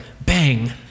bang